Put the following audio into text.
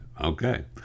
Okay